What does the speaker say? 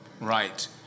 right